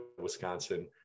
Wisconsin